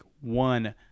one